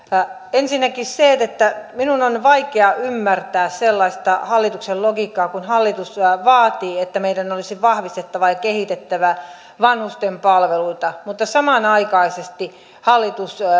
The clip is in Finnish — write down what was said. ensinnäkin minun on vaikea ymmärtää sellaista hallituksen logiikkaa kun hallitus vaatii että meidän olisi vahvistettava ja kehitettävä vanhusten palveluita mutta samanaikaisesti hallitus